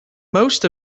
most